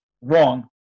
Wrong